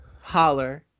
Holler